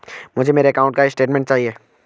मुझे मेरे अकाउंट का स्टेटमेंट चाहिए?